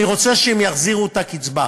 אני רוצה שהם יחזירו את הקצבה.